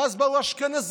ואז באו אשכנזים.